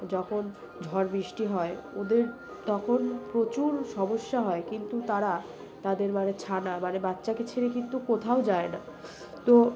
যখন ঝড় বৃষ্টি হয় ওদের তখন প্রচুর সমস্যা হয় কিন্তু তারা তাদের মানে ছানা মানে বাচ্চাকে ছেড়ে কিন্তু কোথাও যায় না তো